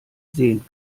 sehen